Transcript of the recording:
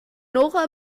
nora